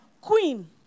queen